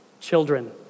children